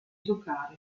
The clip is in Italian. giocare